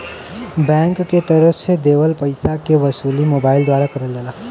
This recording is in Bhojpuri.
बैंक के तरफ से देवल पइसा के वसूली मोबाइल द्वारा करल जाला